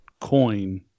coin